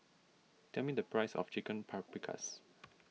tell me the price of Chicken Paprikas